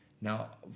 now